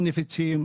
נפיצים,